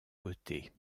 côtés